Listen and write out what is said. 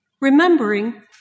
remembering